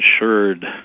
insured